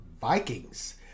Vikings